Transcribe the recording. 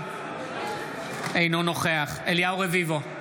אינו נוכח אליהו רביבו,